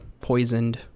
poisoned